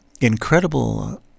incredible